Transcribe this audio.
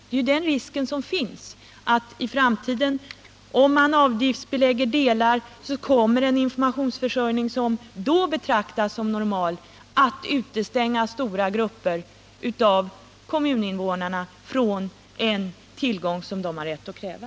Om man nu avgiftsbelägger vissa delar, kommer i en framtid en informationsförsörjning som då betraktas som normal att kosta pengar och utestänga stora grupper av kommuninvånarna från en tillgång som de har rätt att kräva.